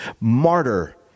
martyr